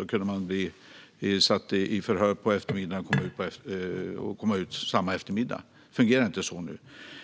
Då kunde man bli satt i förhör på eftermiddagen och komma ut samma eftermiddag. Det fungerar inte så nu.